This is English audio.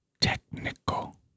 Technical